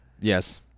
Yes